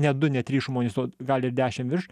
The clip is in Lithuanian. ne du ne trys žmonės o gal ir dešimt virš